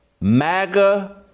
MAGA